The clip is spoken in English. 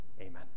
Amen